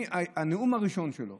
מהנאום הראשון שלו